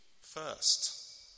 first